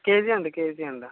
KG అండి KG అండి